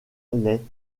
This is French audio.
les